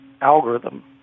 algorithm